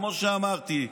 כמו שאמרתי.